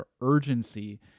urgency